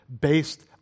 based